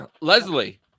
Leslie